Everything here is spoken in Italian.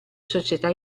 società